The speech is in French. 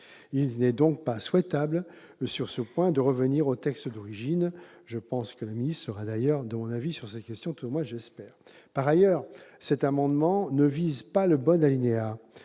Il n'est donc pas souhaitable, sur ce point, de revenir au texte d'origine. Je ne doute pas que Mme la ministre sera d'ailleurs de mon avis sur cette question. Par ailleurs, cet amendement ne vise pas le bon alinéa,